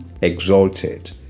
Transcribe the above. exalted